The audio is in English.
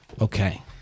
Okay